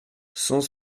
cent